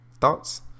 Thoughts